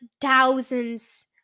thousands